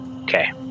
Okay